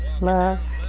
Love